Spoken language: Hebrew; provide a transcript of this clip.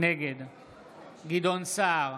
נגד גדעון סער,